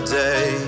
day